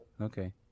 Okay